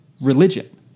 religion